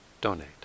donate